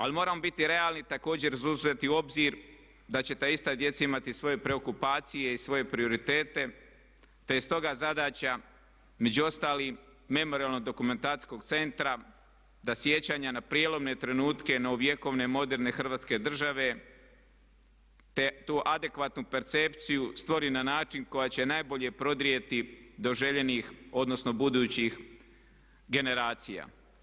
Ali moramo biti realni, također uzeti u obzir da će ta ista djeca imati svoje preokupacije i svoje prioritete te je stoga zadaća među ostalim Memorijalno-dokumentacijskog centra da sjećanja na prijelomne trenutke novovjekovne moderne Hrvatske države te tu adekvatnu percepciju stvori na način koji će najbolje prodrijeti do željenih odnosno budućih generacija.